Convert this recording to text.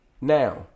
Now